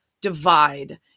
divide